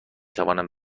توانم